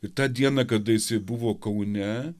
ir tą dieną kada jisai buvo kaune